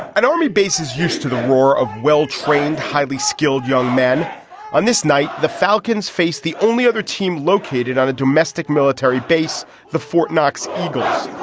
and only bases used to the war of well-trained highly skilled young men on this night. the falcons face the only other team located on a domestic military base the fort knox eagles